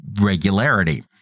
regularity